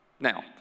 Now